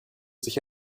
sich